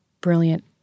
brilliant